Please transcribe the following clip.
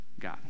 God